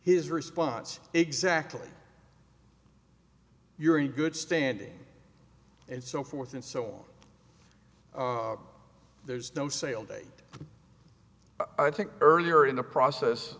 his response exactly you're in good standing and so forth and so on there's no sale date i think earlier in the process